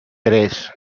tres